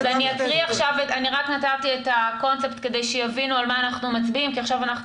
אני רק נתתי את הקונספט כדי שיבינו על מה אנחנו מצביעים כי עכשיו אנחנו